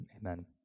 Amen